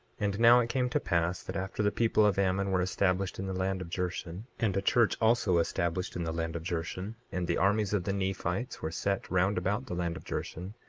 and now it came to pass that after the people of ammon were established in the land of jershon, and a church also established in the land of jershon, and the armies of the nephites were set round about the land of jershon,